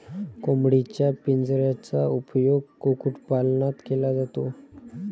कोंबडीच्या पिंजऱ्याचा उपयोग कुक्कुटपालनात केला जातो